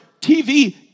TV